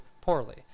poorly